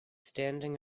standing